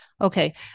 Okay